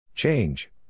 Change